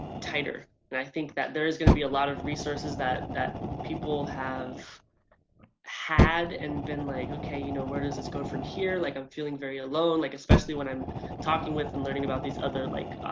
tighter and i think that there is going to be a lot of resources that that people have had and been like, okay you know where does this go from here? like i'm feeling very alone, like especially when i'm talking with and learning about these other like